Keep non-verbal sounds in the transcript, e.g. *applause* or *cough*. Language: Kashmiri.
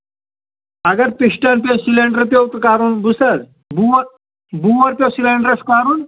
اَگر سِسٹَم پیٚیہِ سِلینڈر پیوٚو تہٕ کَرُن بوٗزتھٕ حظ *unintelligible* بور پیوٚو سِلینڈرَس کَرُن